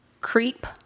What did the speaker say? Creep